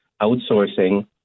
outsourcing